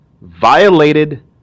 violated